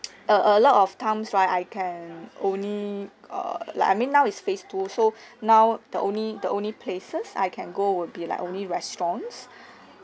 a a lot of times right I can only err like I mean now is phase two so now the only the only places I can go will be like only restaurants